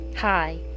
Hi